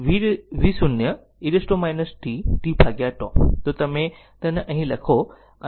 તેથી જો u v0 e t tτ તો તમે તેને અહીં લખો અને Vs Vs e t tτ માં Vs કોમન છે